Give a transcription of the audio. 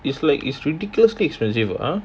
is like is ridiculously expensive ah